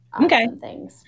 Okay